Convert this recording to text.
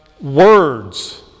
words